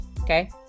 Okay